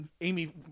Amy